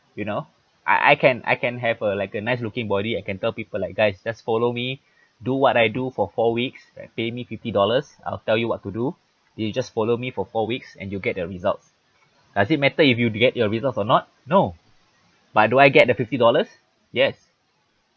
you know I I can I can have a like a nice looking body I can tell people like guys just follow me do what I do for four weeks and pay me fifty dollars I'll tell you what to do then you just follow me for four weeks and you'll get the results does it matter if you get your results or not no but do I get the fifty dollars yes